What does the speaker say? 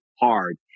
hard